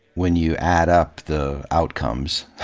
when you add up the outcomes,